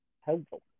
helpful